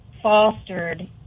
fostered